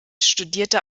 studierte